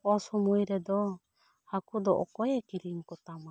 ᱚᱥᱚᱢᱚᱭ ᱨᱮᱫᱚ ᱦᱟᱹᱠᱩ ᱫᱚ ᱚᱠᱚᱭᱮ ᱠᱤᱨᱤᱧ ᱠᱚ ᱛᱟᱢᱟ